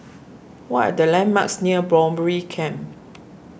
what are the landmarks near Camp